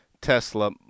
tesla